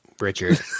Richard